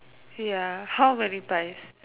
ya how many piles